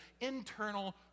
internal